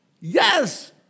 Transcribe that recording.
Yes